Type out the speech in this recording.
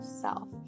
self